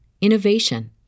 innovation